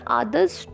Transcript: others